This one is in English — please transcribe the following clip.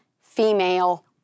female